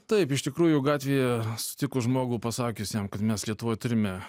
taip iš tikrųjų gatvėje sutikus žmogų pasakius jam kad mes lietuvoj turime